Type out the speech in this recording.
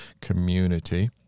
community